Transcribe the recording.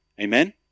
Amen